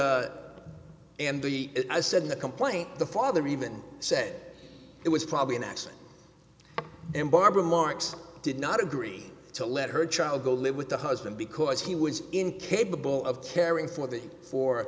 and and the i said in the complaint the father even said it was probably an accident and barbara marx did not agree to let her child go live with the husband because he was incapable of caring for that for